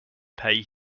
pay